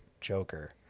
Joker